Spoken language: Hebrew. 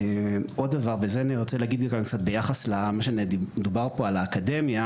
עוד דבר וזה אני רוצה להגיד קצת ביחס למה שדובר פה על האקדמיה,